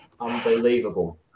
unbelievable